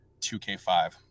2K5